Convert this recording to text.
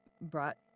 brought